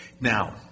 Now